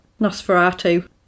nosferatu